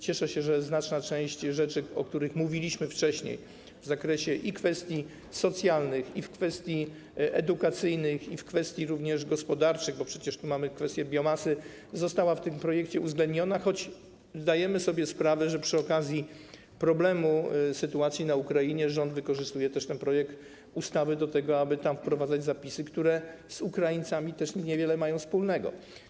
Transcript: Cieszę się, że znaczna część rzeczy, o których mówiliśmy wcześniej w zakresie kwestii socjalnych, kwestii edukacyjnych, również kwestii gospodarczych, bo przecież mamy kwestię biomasy, została w tym projekcie uwzględniona, choć zdajemy sobie sprawę, że przy okazji tego problemu, sytuacji w Ukrainie, rząd wykorzystuje ten projekt ustawy do tego, aby tam wprowadzać zapisy, które z Ukraińcami niewiele mają wspólnego.